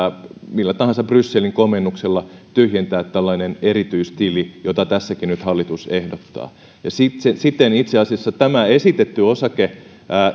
millä tahansa brysselin komennuksella tyhjentää tällainen erityistili jota tässäkin nyt hallitus ehdottaa siten itse asiassa tämä esitetty osaketili